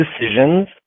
decisions